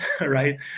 right